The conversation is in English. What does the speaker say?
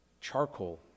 Charcoal